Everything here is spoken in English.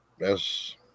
yes